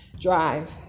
drive